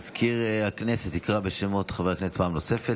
מזכיר הכנסת יקרא בשמות חברי הכנסת פעם נוספת,